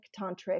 tantric